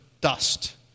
dust